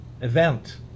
event